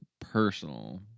personal